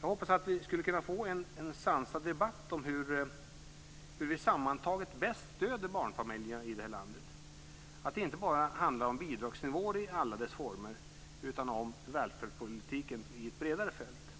Jag hoppas att vi skall kunna få en sansad debatt om hur vi sammantaget bäst stöder barnfamiljerna i det här landet. Det får inte bara handla om bidragsnivån i alla dess former utan om välfärdspolitiken i ett bredare fält,